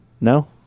no